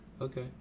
okay